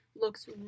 looks